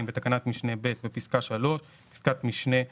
בתקנת משנה (ב), בפסקה (3) - בפסקת משנה (א)